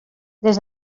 des